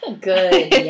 Good